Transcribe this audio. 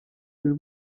del